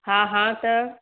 हा हा त